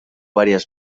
varias